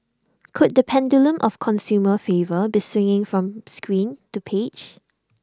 could the pendulum of consumer favour be swinging from screen to page